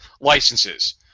licenses